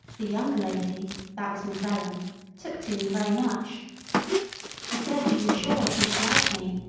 the younger lady that was miss ellen took to me very much she said she was sure she should like me,